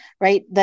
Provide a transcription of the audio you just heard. right